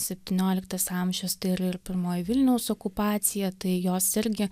septynioliktas amžius tai ir ir pirmoji vilniaus okupacija tai jos irgi